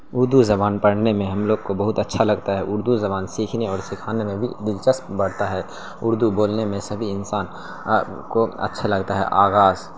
اردو زبان پڑھنے میں ہم لوگ کو بہت اچھا لگتا ہے اردو زبان سیکھنے اور سکھانے میں بھی دلچسپ بڑھتا ہے اردو بولنے میں سبھی انسان کو اچھا لگتا ہے آغاز